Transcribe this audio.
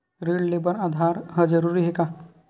ऋण ले बर आधार ह जरूरी हे का?